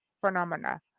phenomena